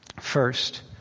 First